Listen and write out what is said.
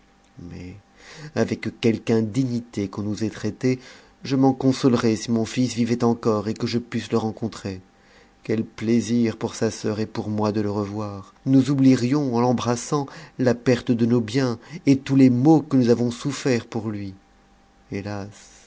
mais avec quelque indignité qu'on nous ait traitées je m'en consolerais si mon fils vivait encore et que je pusse le rencontrer quel plaisir pour sa sœur et pour moi de le revoir nous oublierions en l'embrassant la perte de nos biens et tous les maux que nous avons soufferts pour lui hétas